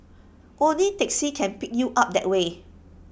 only taxis can pick you up that way